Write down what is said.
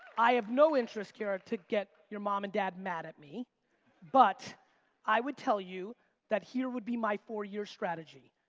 i have no interest, kiara, to get your mom and dad mad at me but i would tell you that here would be my four year strategy.